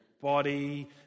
body